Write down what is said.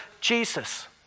Jesus